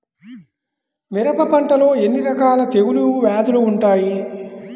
మిరప పంటలో ఎన్ని రకాల తెగులు వ్యాధులు వుంటాయి?